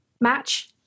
match